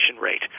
rate